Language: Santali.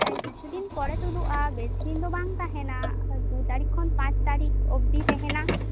ᱮᱭ ᱠᱤᱪᱷᱩᱫᱤᱱ ᱯᱚᱨᱮ ᱛᱳᱫᱚᱜᱼᱟ ᱵᱮᱥᱤ ᱫᱤᱱ ᱫᱚ ᱵᱟᱝ ᱛᱟᱦᱮᱱᱟ ᱫᱩ ᱛᱟᱹᱨᱤᱠᱷ ᱠᱷᱚᱱ ᱯᱟᱸᱪ ᱛᱟᱹᱨᱤᱠᱷ ᱚᱵᱫᱤ ᱛᱟᱦᱮᱱᱟ